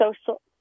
social